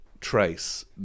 trace